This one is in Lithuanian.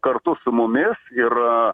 kartu su mumis ir